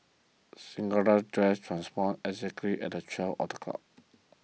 Cinderella's dress transformed exactly at the twelve o'clock